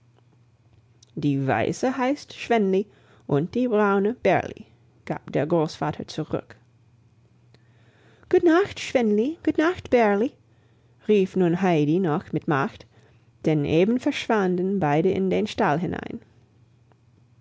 die weiße heißt schwänli und die braune bärli gab der großvater zurück gut nacht schwänli gut nacht bärli rief nun heidi noch mit macht denn eben verschwanden beide in den stall hinein